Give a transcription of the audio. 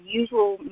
usual